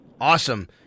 Awesome